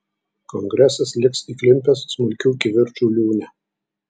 kongresas liks įklimpęs smulkių kivirčų liūne